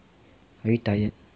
maybe tired